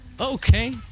Okay